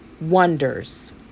wonders